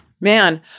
man